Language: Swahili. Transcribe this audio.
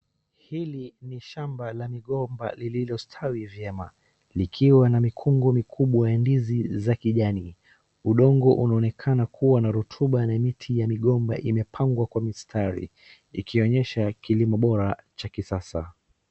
Hili ni shamba la migomba lilo stawi vyema. Likiwa na mikungu mikubwa ya ndizi za kijani. Udongo unaonekana kuwa na rutuba ya miti ya migomba imepangwa kwa mistari, ikionyesha kilimo bora cha kisasa.